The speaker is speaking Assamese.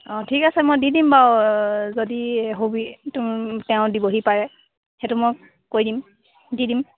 অ' ঠিক আছে মই দি দিম বাৰু যদি তেওঁ দিবহি পাৰে সেইটোপ মই কৰি দিম দি দিম